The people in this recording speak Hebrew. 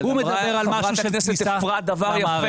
הוא מדבר על משהו ש --- אבל חברת הכנסת אפרת אמרה דבר יפה,